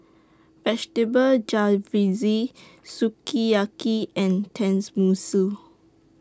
Vegetable Jalfrezi Sukiyaki and Tenmusu